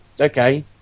okay